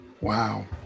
wow